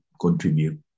contribute